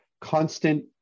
constant